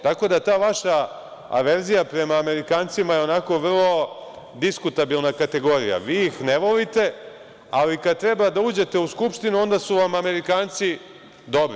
Tako da ta vaša averzija prema Amerikancima je onako vrlo diskutabilna kategorija. vi ih ne volite, ali kad treba da uđete u Skupštinu, onda su vam Amerikanci dobri.